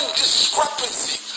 discrepancy